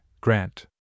grant